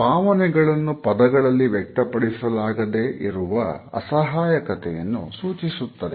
ಭಾವನೆಗಳನ್ನು ಪದಗಳಲ್ಲಿ ವ್ಯಕ್ತಪಡಿಸಲಾಗಿದೆ ಇರುವ ಅಸಹಾಯಕತೆಯನ್ನು ಸೂಚಿಸುತ್ತದೆ